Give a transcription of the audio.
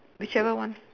whichever one